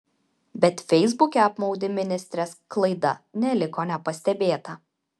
bet feisbuke apmaudi ministrės klaida neliko nepastebėta